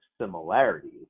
similarities